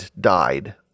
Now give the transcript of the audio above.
died